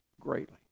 greatly